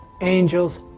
angels